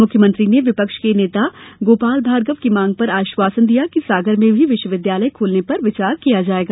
मुख्यमंत्री ने विपक्ष के नेता गोपाल भार्गव की मांग पर आश्वासन दिया कि सागर में भी विश्वविद्यालय खोलने पर विचार किया जाएगा